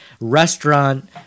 restaurant